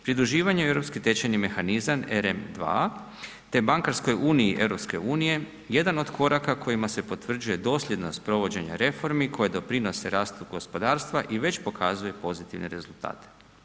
Pridruživanje u europski tečajni mehanizam EREM2, te bankarskoj uniji EU jedan od koraka kojima se potvrđuje dosljednost provođenja reformi koje doprinose rastu gospodarstva i već pokazuje pozitivne rezultate.